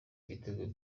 igitego